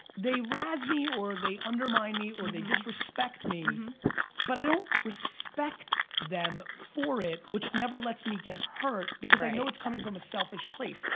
they razz me or they undermine me or they disrespect me but i don't respect them for it which never lets me get hurt because i know it's coming from a selfish place.